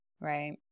Right